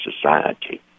society